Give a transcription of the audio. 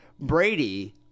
Brady